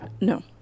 no